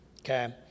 Okay